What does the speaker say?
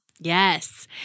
Yes